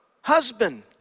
husband